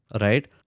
Right